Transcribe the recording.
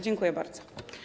Dziękuję bardzo.